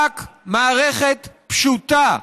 רק מערכת פשוטה,